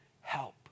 help